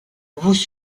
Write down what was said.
vous